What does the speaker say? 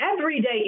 everyday